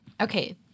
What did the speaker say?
Okay